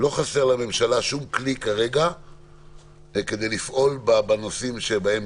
היום לא חסר לממשלה שום כלי כדי לפעול בנושאים שבהם